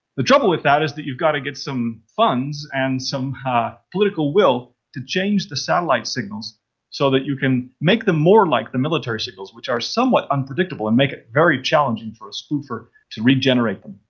the trouble with that is that you've got to get some funds and some political will to change the satellite signals so that you can make them more like the military signals which are somewhat unpredictable and make it very challenging for a spoofer to regenerate them.